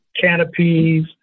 canopies